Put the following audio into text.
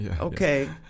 okay